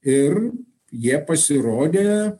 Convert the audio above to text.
ir jie pasirodė